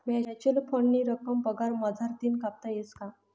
Mutual फंडनी रक्कम पगार मझारतीन कापता येस का?